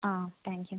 അ thank you മാം